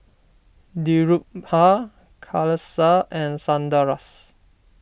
Dhirubhai Kailash and Sundaresh